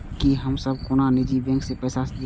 की हम सब कोनो निजी बैंक से पैसा ले सके छी?